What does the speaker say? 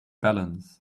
balance